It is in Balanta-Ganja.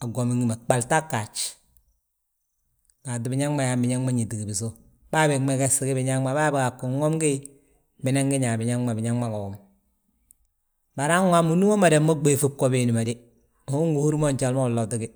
a gwomi gi ma ɓaltaa ggaaj. Gaatu biñaŋ ma, binaŋ ma ñiti gi bisów, bàa beg megesti gi biñaŋ ma bàa begee ttin womgi, binan gi ñaa biñaŋ ma, biñaŋ ma ga wom. Bari han waamu ndu umada mo ɓéeŧi bgo biindi ma de ungi húru mo njali ma unloti gi.